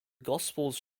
gospels